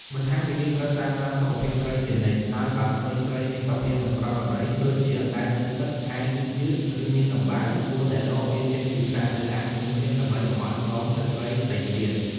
បន្ថែមពីនេះត្រូវតាមដានសុខភាពត្រីជានិច្ច ហើយបើឃើញត្រីមានសភាពមិនប្រក្រតី ដូចជាអណ្ដែតលើទឹក ហែលយឺតៗ ឬមានដំបៅ គួរតែដកវាចេញពីស្រះ ឬអាងភ្លាមៗ ដើម្បីកុំឲ្យឆ្លងទៅត្រីផ្សេងទៀត។